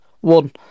one